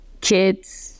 kids